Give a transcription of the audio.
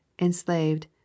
enslaved